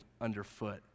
underfoot